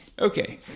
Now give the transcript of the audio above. Okay